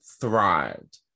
thrived